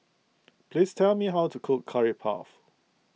please tell me how to cook Curry Puff